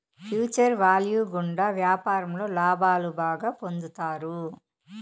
future value గుండా వ్యాపారంలో లాభాలు బాగా పొందుతారు